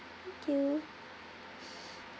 thank you